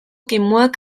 kimuak